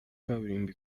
kaburimbo